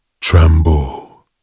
tremble